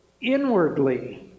inwardly